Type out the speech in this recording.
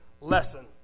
lesson